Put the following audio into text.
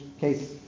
case